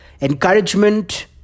encouragement